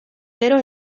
gero